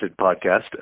podcast